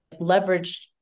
leveraged